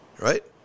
Right